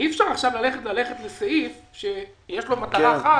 עכשיו אי אפשר ללכת לסעיף שיש לו מטרה אחת